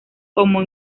como